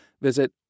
visit